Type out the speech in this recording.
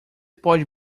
pode